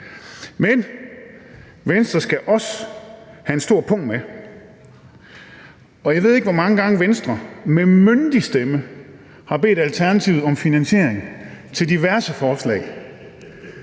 Men Venstre skal også have en stor pung med. Jeg ved ikke, hvor mange gange Venstre med myndig stemme har bedt Alternativet om finansiering til diverse forslag.